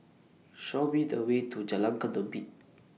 Show Me The Way to Jalan Ketumbit